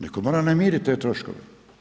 Netko mora namiriti te troškove.